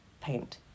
paint